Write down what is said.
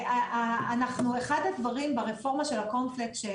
אחד הדברים ברפורמה של הקורנפלקס,